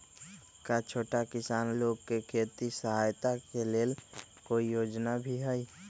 का छोटा किसान लोग के खेती सहायता के लेंल कोई योजना भी हई?